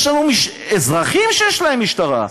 יש לנו אזרחים שיש להם משטרה.